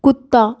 कुत्ता